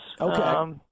Okay